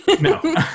no